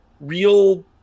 real